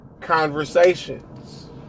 conversations